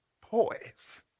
poise